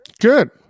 good